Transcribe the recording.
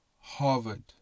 Harvard